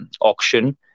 auction